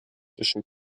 zwischen